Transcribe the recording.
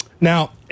Now